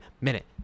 minute